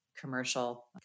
commercial